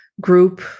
group